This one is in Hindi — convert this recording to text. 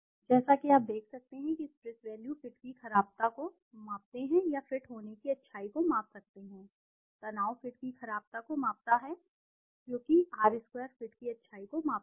जैसा कि आप देख सकते हैं कि स्ट्रेस वैल्यू फिट की खराबता को मापते हैं या फिट होने की अच्छाई को माप सकते हैं तनाव फिट की खराबता को मापता है क्योंकि आर स्क्वायर फिट की अच्छाई को मापता है